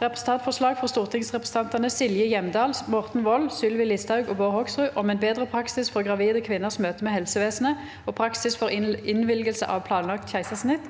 Representantforslag fra stortingsrepresentantene Silje Hjemdal, Morten Wold, Sylvi Listhaug og Bård Hoksrud om en bedre praksis for gravide kvinners møte med helsevesenet og praksis for innvilgelse av planlagt keisersnitt